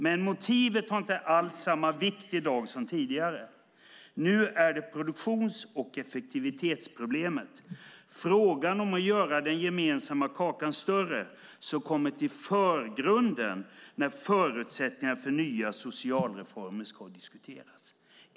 Men motivet har inte alls samma vikt idag som tidigare. Nu är det produktions och effektivitetsproblemen, frågan om att göra den gemensamma kakan större, som kommer i förgrunden när förutsättningarna för nya socialreformer skall diskuteras."